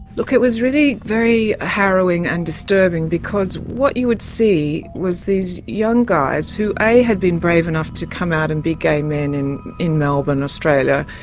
look it was really very harrowing and disturbing because what you would see was these young guys who had been brave enough to come out and be gay men in in melbourne, australia,